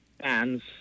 fans